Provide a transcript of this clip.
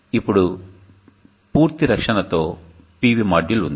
ఇప్పుడు పూర్తి రక్షణతో PV మాడ్యూల్ ఉంది